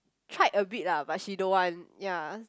tried a bit lah but she don't want ya